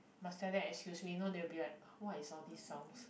must tell them excuse me know they would be like what's with all these sounds